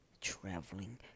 traveling